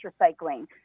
recycling